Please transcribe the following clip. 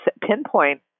pinpoint